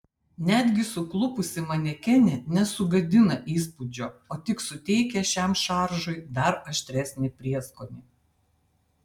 netgi suklupusi manekenė nesugadina įspūdžio o tik suteikia šiam šaržui dar aštresnį prieskonį